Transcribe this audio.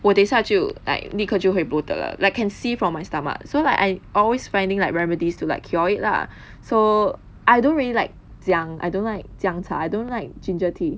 我等一下就 like 立刻就会 bloated 了 like can see from my stomach so like I always finding like remedies to like cure it lah so I don't really like 姜 I don't like 姜茶 I don't like ginger tea